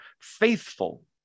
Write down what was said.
faithful